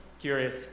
Curious